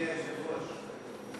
אדוני היושב-ראש,